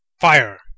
Fire